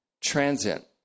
transient